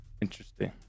Interesting